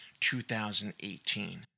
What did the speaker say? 2018